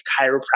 chiropractic